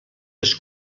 les